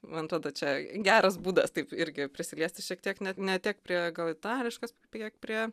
man atrodo čia geras būdas taip irgi prisiliesti šiek tiek net ne tiek prie gal itališkos kiek prie